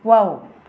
wow